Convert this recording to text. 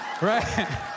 Right